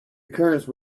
occurrence